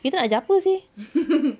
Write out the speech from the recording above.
kita nak ajar apa seh